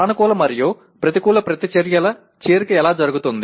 సానుకూల మరియు ప్రతికూల ప్రతిచర్యల చేరిక ఎలా జరుగుతుంది